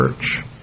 church